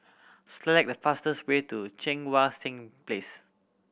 select the fastest way to Cheang Wan Seng Place